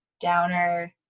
downer